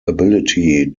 ability